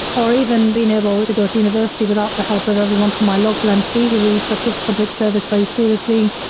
or even being able to go to university without the help of everyone from my local mp who really took his public service very seriously,